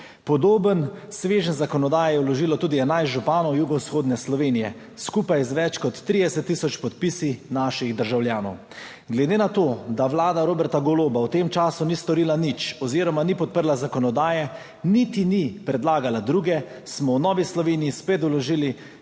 Podoben sveženj zakonodaje je vložilo tudi 11 županov jugovzhodne Slovenije, skupaj z več kot 30 tisoč podpisi naših državljanov. Glede na to, da vlada Roberta Goloba v tem času ni storila nič oziroma ni podprla zakonodaje niti ni predlagala druge, smo v Novi Sloveniji spet vložili